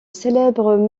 célèbre